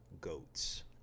goats